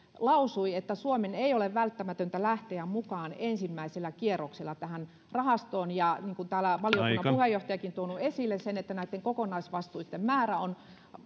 lausui että suomen ei ole välttämätöntä lähteä mukaan ensimmäisellä kierroksella tähän rahastoon ja niin kuin täällä valiokunnan puheenjohtajakin on tuonut esille näitten kokonaisvastuitten määrä on